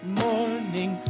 morning